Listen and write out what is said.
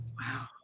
Wow